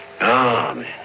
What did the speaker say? Amen